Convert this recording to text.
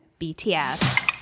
bts